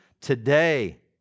today